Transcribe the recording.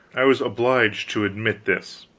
i was obliged to admit this.